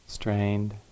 Strained